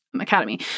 academy